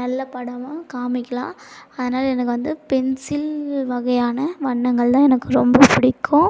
நல்ல படமாக காமிக்கலாம் அதனால எனக்கு வந்து பென்சில் வகையான வண்ணங்கள்தான் எனக்கு ரொம்ப பிடிக்கும்